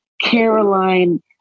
Caroline